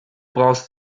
brauchst